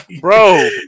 Bro